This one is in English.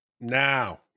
Now